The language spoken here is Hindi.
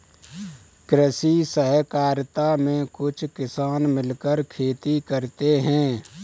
कृषि सहकारिता में कुछ किसान मिलकर खेती करते हैं